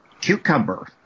cucumber